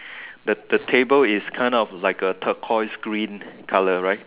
the table is kind of a turquoise green colour right